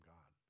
God